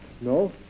No